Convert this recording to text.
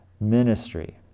ministry